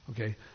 okay